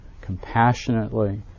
compassionately